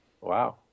Wow